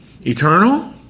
Eternal